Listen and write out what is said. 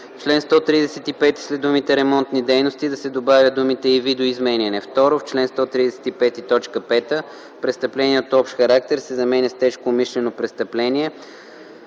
В чл. 135 след думите „ремонтни дейности” да се добавят думите „и видоизменяне”. 2. В чл. 135, т. 5 „престъпление от общ характер” се заменя с „тежко умишлено престъпление”,